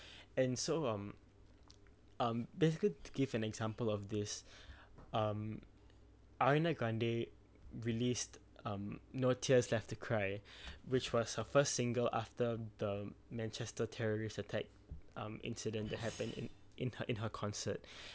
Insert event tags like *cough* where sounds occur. *breath* and so um um basically to give an example of this *breath* um ariana grande released um no tears left to cry *breath* which was her first single after the manchester terrorist attack um incident that happened in in her in her concert *breath*